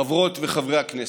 חברות וחברי הכנסת,